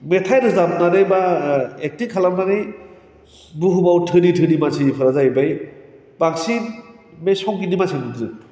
मेथाइ रोजाबनानै बा एक्टिं खालामनानै बुहुमाव धोनि धोनि मानसिफ्रा जाहैबाय बांसिन बै संगितनि मानसि नुयो